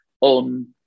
on